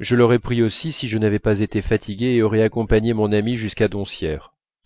je l'aurais pris aussi si je n'avais été fatigué et aurais accompagné mon ami jusqu'à